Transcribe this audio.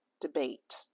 debate